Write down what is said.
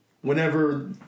whenever